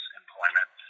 employment